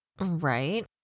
Right